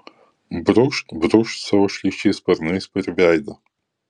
brūkšt brūkšt savo šlykščiais sparnais per veidą